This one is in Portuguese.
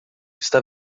está